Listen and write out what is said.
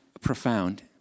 profound